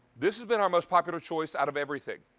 this has been our most popular choice out of everything.